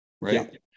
right